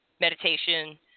meditation